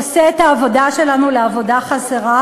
עושה את העבודה שלנו לעבודה חסרה,